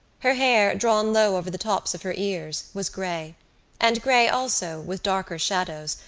her hair, drawn low over the tops of her ears, was grey and grey also, with darker shadows,